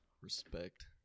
respect